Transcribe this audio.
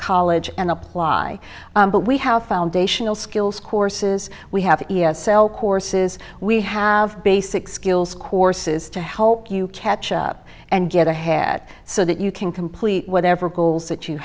college and apply but we have foundational skills courses we have e s l courses we have basic skills courses to help you catch up and get ahead so that you can complete whatever goals that you